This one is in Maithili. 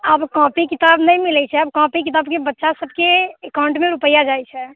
आब कॉपी किताब नहि मिलै छै आब कॉपी किताब के बच्चा सबके अकाउंट मे रूपैआ जाइ छै